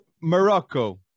Morocco